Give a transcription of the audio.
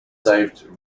saved